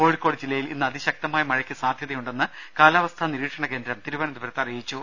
കോഴിക്കോട് ജില്ലയിൽ ഇന്ന് അതിശക്തമായ മഴയ്ക്ക് സാധ്യതയുണ്ടെന്ന് കാലാവസ്ഥാ നിരീക്ഷണ കേന്ദ്രം അറിയിച്ചു